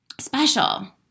special